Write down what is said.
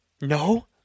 No